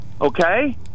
Okay